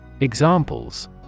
Examples